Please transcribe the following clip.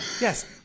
Yes